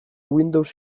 windows